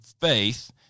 faith